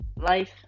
life